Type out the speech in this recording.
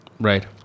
right